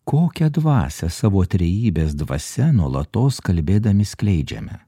kokią dvasią savo trejybės dvasia nuolatos kalbėdami skleidžiame